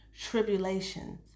tribulations